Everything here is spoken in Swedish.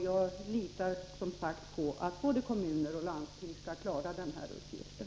Jag litar, som sagt, på att både kommuner och landsting skall klara den här uppgiften.